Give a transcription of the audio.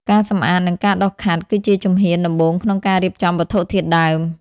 ការសម្អាត និងការដុសខាត់ គឺជាជំហានដំបូងក្នុងការរៀបចំវត្ថុធាតុដើម។